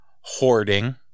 hoarding